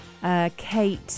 Kate